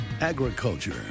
Agriculture